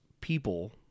people